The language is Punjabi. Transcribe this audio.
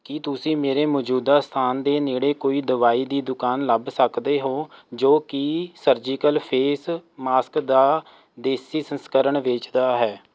ਕੀ ਤੁਸੀਂ ਮੇਰੇ ਮੌਜੂਦਾ ਸਥਾਨ ਦੇ ਨੇੜੇ ਕੋਈ ਦਵਾਈ ਦੀ ਦੁਕਾਨ ਲੱਭ ਸਕਦੇ ਹੋ ਜੋ ਕਿ ਸਰਜੀਕਲ ਫੇਸ ਮਾਸਕ ਦਾ ਦੇਸੀ ਸੰਸਕਰਣ ਵੇਚਦਾ ਹੈ